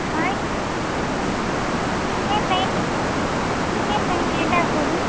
hi இன்னிக்கி ஏன் train லேட்டாக போகுது